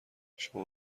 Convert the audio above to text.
شما